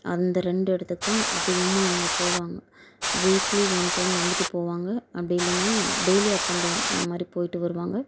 அந்த ரெண்டு இடத்துக்கு தான் அதிகமாக அவங்க போவாங்க வீக்லி ஒன் டைம் வந்துவிட்டு போவாங்க அப்படி இல்லைனா டெய்லி அப் அண்ட் டவுன் அந்தமாதிரி போய்ட்டு வருவாங்க